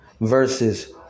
verses